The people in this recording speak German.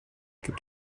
gibt